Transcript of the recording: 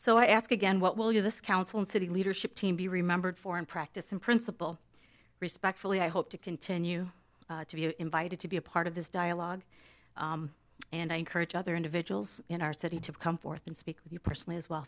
so i ask again what will you this council and city leadership team be remembered for in practice and principle respectfully i hope to continue to be invited to be a part of this dialogue and i encourage other individuals in our city to come forth and speak with you personally as well